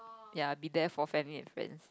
ya be there for familiar different